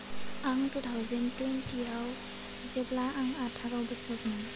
आं two thousand twenty आव जेब्ला आं आटार' बोसोरमोन